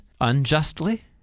unjustly